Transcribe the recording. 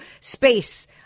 space